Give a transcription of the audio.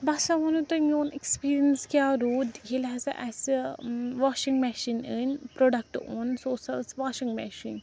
بہٕ ہَسا وَنہو تۄہہِ میٛون ایٚکٕسپیٖرینٕس کیٛاہ روٗد ییٚلہِ ہَسا اسہِ ٲں واشِنٛگ مشیٖن أنۍ پرٛوڈَکٹہٕ اوٚن سُہ ہسا ٲس واشِنٛگ مشیٖن